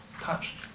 touch